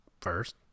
first